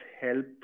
help